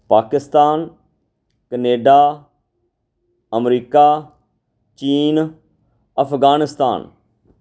Pakistan Canada America China Afghanistan